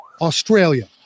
Australia